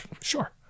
sure